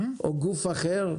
או גוף אחר,